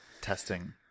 testing